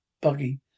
Buggy